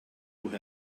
who